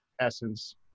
essence